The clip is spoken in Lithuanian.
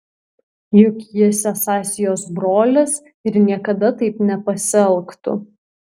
juk jis esąs jos brolis ir niekada taip nepasielgtų